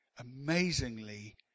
amazingly